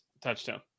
touchdown